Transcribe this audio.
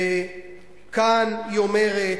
כאן, היא אומרת,